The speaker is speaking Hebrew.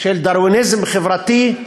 של דרוויניזם חברתי,